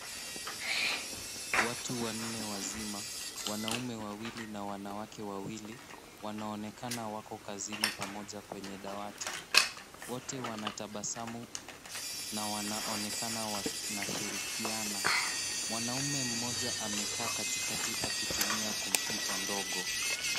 Watu wanne wazima, wanaume wawili na wanawake wawili wanaonekana wako kazini pamoja kwenye dawati. Wote wanatabasamu na wanaonekana wanashirikiana. Mwanaume mmoja amekaa katikati akitumia kompyuta ndogo.